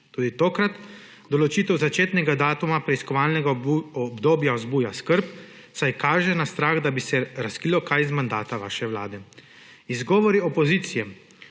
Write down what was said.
Tudi tokrat določitev začetnega datuma preiskovalnega obdobja vzbuja skrb, saj kaže na strah, da bi se razkrilo kaj iz mandata vaše vlade. Izgovori opozicije,